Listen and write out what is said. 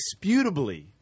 undisputably